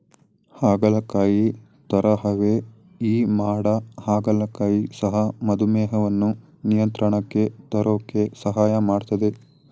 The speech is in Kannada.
ಹಾಗಲಕಾಯಿ ತರಹವೇ ಈ ಮಾಡ ಹಾಗಲಕಾಯಿ ಸಹ ಮಧುಮೇಹವನ್ನು ನಿಯಂತ್ರಣಕ್ಕೆ ತರೋಕೆ ಸಹಾಯ ಮಾಡ್ತದೆ